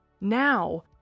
Now